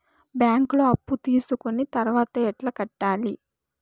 బ్యాంకులో అప్పు తీసుకొని తర్వాత ఎట్లా కట్టాలి?